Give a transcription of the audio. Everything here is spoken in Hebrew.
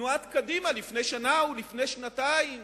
תנועת קדימה, לפני שנה ולפני שנתיים